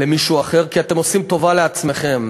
למישהו אחר, כי אתם עושים טובה לעצמכם.